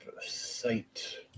site